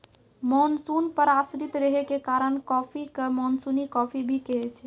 monsoon पर आश्रित रहै के कारण कॉफी कॅ मानसूनी कॉफी भी कहै छै